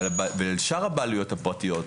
על שאר הבעלויות הפרטיות,